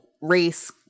race